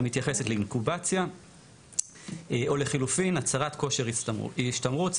המתייחסת לאינקובציה או לחילופין הצהרת כושר השתמרות,